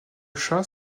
chah